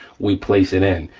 we place it in,